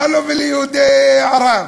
מה לו וליהודי ערב?